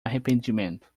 arrependimento